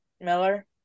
Miller